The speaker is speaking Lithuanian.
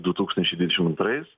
du tūkstančiai dvidešim antrais